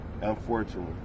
unfortunately